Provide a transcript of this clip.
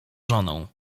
żoną